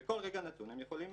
בכל רגע נתון הם יכולים